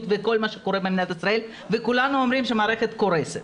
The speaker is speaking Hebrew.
ומה שקורה במדינת ישראל וכולנו אומרים שהמערכת קורסת.